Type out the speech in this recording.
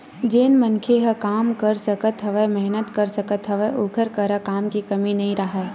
जेन मनखे ह काम कर सकत हवय, मेहनत कर सकत हवय ओखर करा काम के कमी नइ राहय